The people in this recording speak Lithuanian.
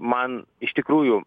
man iš tikrųjų